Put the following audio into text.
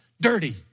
dirty